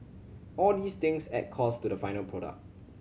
all these things add costs to the final product